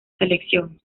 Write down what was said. selección